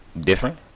Different